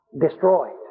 destroyed